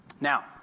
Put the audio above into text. Now